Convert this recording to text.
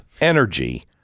energy